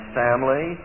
family